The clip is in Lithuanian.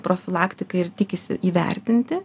profilaktikai ir tikisi įvertinti